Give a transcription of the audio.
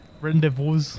Rendezvous